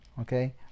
Okay